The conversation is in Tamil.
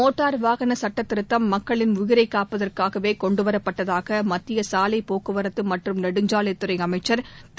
மோட்டார் வாகன சட்டத் திருத்தம் மக்களின் உயிரை காப்பதற்காகவே கொண்டுவரப்பட்டதாக மத்திய சாலை போக்குவரத்து மற்றும் நெடுஞ்சாலைத் துறை அமைச்சர் திரு